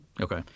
Okay